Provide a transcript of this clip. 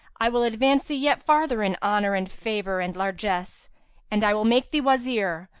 i will advance thee yet farther in honour and favour and largesse and i will make thee wazir,